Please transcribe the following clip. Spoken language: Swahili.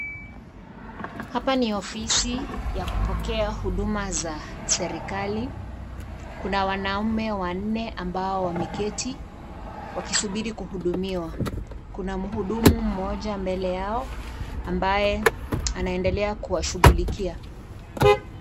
Hapa ni ofisi ya kupokea huduma za serikali. Kuna wanaume wanne ambao wameketi wakisubiri kuhudumiwa. Kuna mhudumu mmoja mbele yao ambaye anaendelea kuwashughulikia.